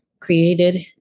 created